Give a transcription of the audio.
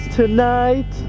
tonight